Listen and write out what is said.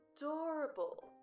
adorable